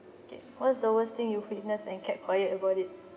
okay what's the worst thing you witnessed and kept quiet about it